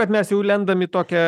kad mes jau lendam į tokią